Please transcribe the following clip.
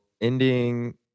ending